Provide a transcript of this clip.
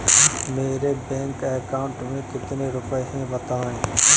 मेरे bank account में कितने रुपए हैं बताएँ?